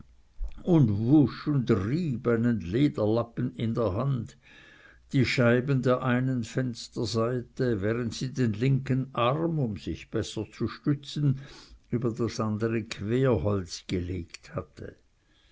und wusch und rieb einen lederlappen in der hand die scheiben der einen fensterseite während sie den linken arm um sich besser zu stützen über das andere querholz gelegt hatte